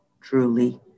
Truly